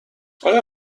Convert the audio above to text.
آیا